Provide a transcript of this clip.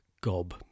gob